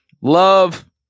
Love